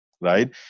right